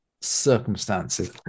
circumstances